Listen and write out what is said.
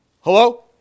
Hello